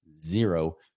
zero